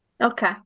okay